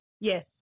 Yes